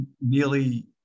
nearly